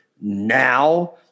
now